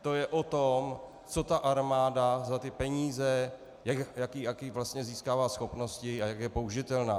To je to tom, co ta armáda za ty peníze, jaké vlastně získává schopnosti a jak je použitelná.